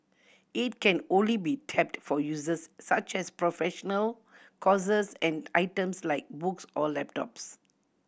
it can only be tapped for uses such as professional courses and items like books or laptops